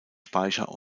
speicher